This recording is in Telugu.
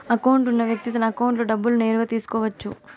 అకౌంట్ ఉన్న వ్యక్తి తన అకౌంట్లో డబ్బులు నేరుగా తీసుకోవచ్చు